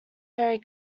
very